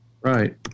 Right